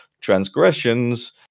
transgressions